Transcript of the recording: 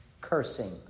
cursing